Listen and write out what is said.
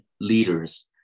leaders